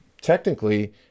technically